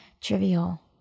trivial